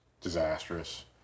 disastrous